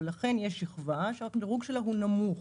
אבל יש שכבה שהדירוג שלה נמוך.